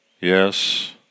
Yes